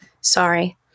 Sorry